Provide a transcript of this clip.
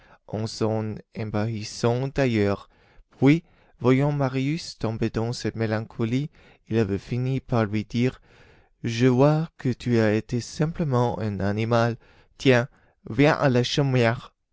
ébahissant d'ailleurs puis voyant marius tombé dans cette mélancolie il avait fini par lui dire je vois que tu as été simplement un animal tiens viens